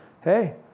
hey